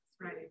Right